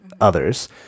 others